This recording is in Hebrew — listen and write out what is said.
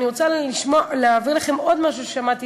אני רוצה להעביר לכם עוד משהו ששמעתי